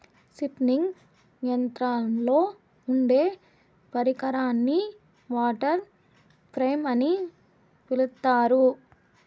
spinning యంత్రంలో ఉండే పరికరాన్ని వాటర్ ఫ్రేమ్ అని పిలుత్తారు